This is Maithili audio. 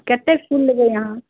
कतेक फूल लेबै अहाँ